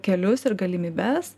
kelius ir galimybes